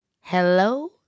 Hello